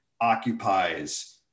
occupies